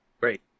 Great